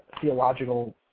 theological